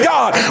God